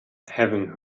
having